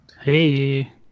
Hey